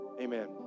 amen